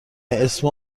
اسم